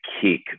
kick